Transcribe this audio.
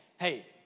hey